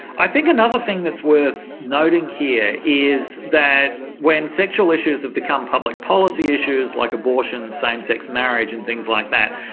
i think another thing that's worth noting here is that when sexual issues have become public policy issues like abortion, same-sex marriage and things like that,